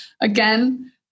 again